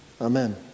Amen